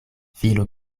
filo